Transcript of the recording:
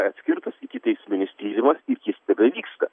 atskirtas ikiteisminis tyrimas ir jis tebevyksta